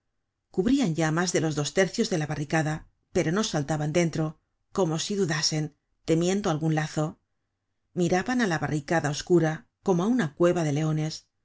cubrian ya mas de los dos tercios de la barricada pero no saltaban dentro como si dudasen temiendo algun lazo miraban á la barricada oscura como á una cueva de leones